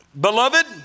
beloved